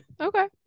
Okay